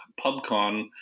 PubCon